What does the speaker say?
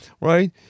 right